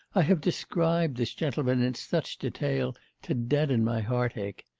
i have described this gentleman in such detail to deaden my heartache.